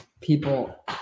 people